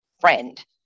friend